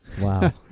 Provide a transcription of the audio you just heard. Wow